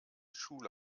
schule